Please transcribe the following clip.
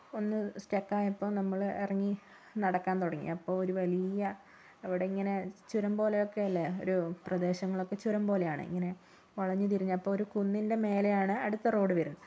ഒന്ന് സ്റ്റാക് ആയപ്പോൾ നമ്മള് ഇറങ്ങി നടക്കാൻ തുടങ്ങി അപ്പൊൾ ഒരു വലിയ അവിടെ ഇങ്ങനെ ചുരം പോലെ ഒക്കെ അല്ലെ ഒരു പ്രദേശങ്ങളൊക്കെ ചുരംപോലെ ആണ് ഇങ്ങനെ വളഞ്ഞു തിരിഞ്ഞു അപ്പോൾ ഒരു കുന്നിന്റെ മേലെ ആണ് അടുത്ത റോഡ് വരുന്നത്